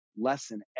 lesson